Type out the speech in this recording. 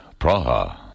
Praha